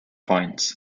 points